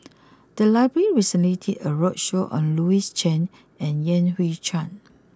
the library recently did a roadshow on Louis Chen and Yan Hui Chang